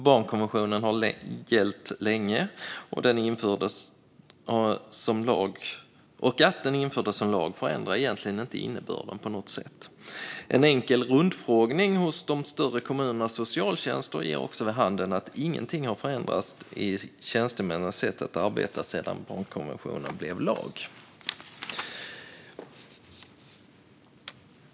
Barnkonventionen har gällt länge och att den infördes som lag förändrade egentligen inte innebörden på något sätt. En enkel rundfrågning hos de större kommunernas socialtjänster ger också vid handen att ingenting har förändrats i tjänstemännens sätt att arbeta sedan barnkonventionen blev lag.